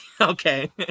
okay